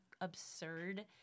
absurd